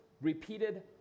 repeated